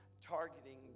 targeting